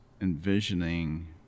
envisioning